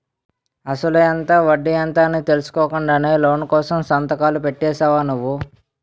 అసలెంత? వడ్డీ ఎంత? అని తెలుసుకోకుండానే లోను కోసం సంతకాలు పెట్టేశావా నువ్వు?